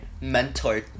mentor